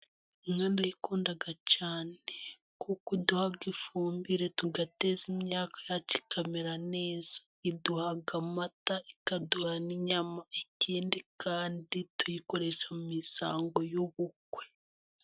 Inka ndayikunda cyane, kuko iduha ifumbire tugateza imyaka yacu ikamera neza, iduha amata ikaduha n'inyama, ikindi kandi tuyikoresha mu misango y'ubukwe.